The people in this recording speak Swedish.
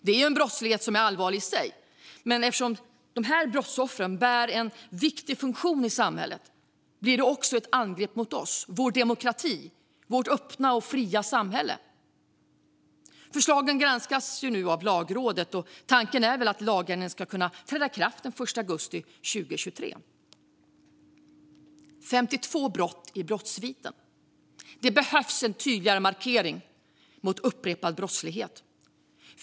Den brottsligheten är allvarlig i sig, men eftersom brottsoffren bär en viktig funktion i samhället blir det också ett angrepp mot demokratin och det öppna, fria samhället. Förslagen granskas nu av Lagrådet, och tanken är väl att lagändringarna ska träda i kraft den 1 augusti 2023. Jag nämnde tidigare en man med 52 brott i brottssviten. Det behövs en tydligare markering mot upprepad brottslighet.